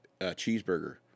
cheeseburger